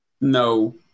no